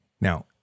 Now